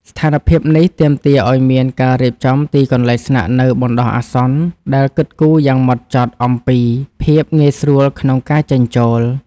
ស្ថានភាពនេះទាមទារឱ្យមានការរៀបចំទីកន្លែងស្នាក់នៅបណ្ដោះអាសន្ន ដែលគិតគូរយ៉ាងហ្មត់ចត់អំពី ភាពងាយស្រួលក្នុងការចេញចូល។